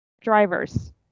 drivers